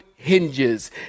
Hinges